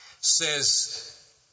says